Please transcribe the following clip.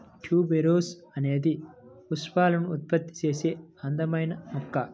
tuberose అనేది పుష్పాలను ఉత్పత్తి చేసే అందమైన మొక్క